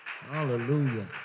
Hallelujah